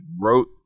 wrote